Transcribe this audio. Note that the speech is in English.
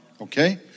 Okay